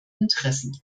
interessen